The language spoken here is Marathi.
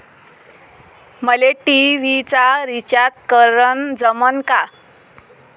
मले टी.व्ही चा रिचार्ज करन जमन का?